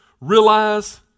realize